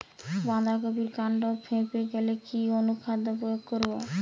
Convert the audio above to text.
বাঁধা কপির কান্ড ফেঁপে গেলে কি অনুখাদ্য প্রয়োগ করব?